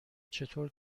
چطور